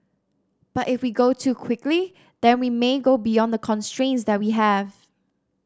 but if we go too quickly then we may go beyond the constraints that we have